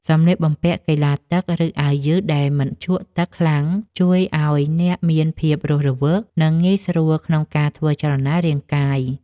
សម្លៀកបំពាក់កីឡាទឹក ឬអាវយឺតដែលមិនជក់ទឹកខ្លាំង ជួយឱ្យអ្នកមានភាពរស់រវើក និងងាយស្រួលក្នុងការធ្វើចលនារាងកាយ។